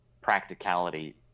practicality